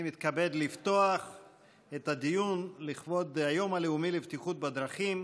אני מתכבד לפתוח את הדיון לכבוד היום הלאומי לבטיחות בדרכים,